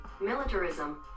militarism